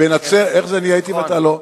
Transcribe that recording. איך זה שאני הייתי ואתה לא?